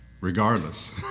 regardless